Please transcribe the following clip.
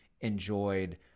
enjoyed